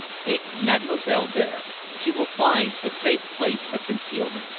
take mademoiselle there. she will find a safe place of concealment.